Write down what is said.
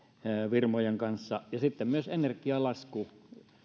firmojen kanssa ja myös energianlasku